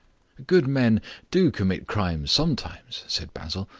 good men do commit crimes sometimes, said basil,